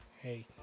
Hey